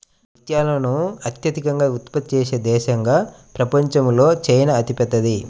ముత్యాలను అత్యధికంగా ఉత్పత్తి చేసే దేశంగా ప్రపంచంలో చైనా అతిపెద్దది